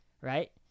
right